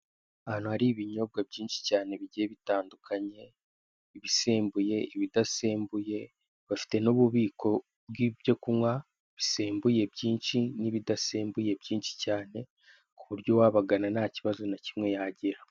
Ahantu hari ibinyobwa byinshi cyane bigiye bitandukanye ibisembuye ibidasembuye bafite n'ububiko bw'ibyo kunywa bisembuye byinshi n'ibidasembuye byinshi cyane ku buryo uwabagana ntakibazo na kimwe yagira.